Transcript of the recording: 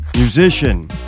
Musician